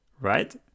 right